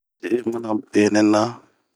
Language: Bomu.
Ji'ih mana benɛ na.